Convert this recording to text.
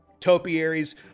topiaries